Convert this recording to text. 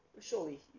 Surely